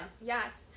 Yes